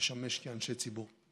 לשמש אנשי ציבור: